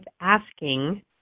asking